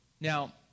Now